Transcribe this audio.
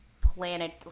planet